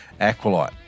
Aqualite